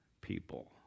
people